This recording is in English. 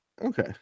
Okay